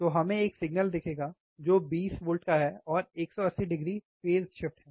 तो हमें एक सिग्नल दिखेगा जो 20 वोल्ट का है और 180o फ़ेज़ है